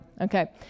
Okay